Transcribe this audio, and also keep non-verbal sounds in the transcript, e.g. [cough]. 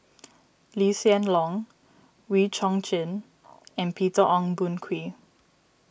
[noise] Lee Hsien Loong Wee Chong Jin and Peter Ong Boon Kwee